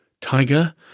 Tiger